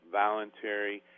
voluntary